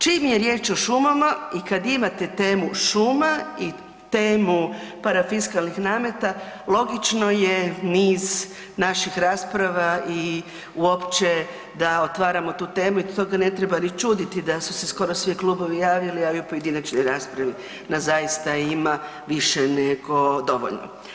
Čim je riječ o šumama i kad imate temu šuma i temu parafiskalnih nameta logično je niz naših rasprava i uopće da otvaramo tu temu i stoga ne treba ni čuditi da su se skoro svi klubovi javili, a i u pojedinačnoj raspravi, na zaista ima više nego dovoljno.